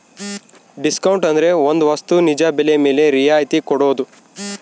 discount ಅಂದ್ರೆ ಒಂದ್ ವಸ್ತು ನಿಜ ಬೆಲೆ ಮೇಲೆ ರಿಯಾಯತಿ ಕೊಡೋದು